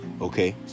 okay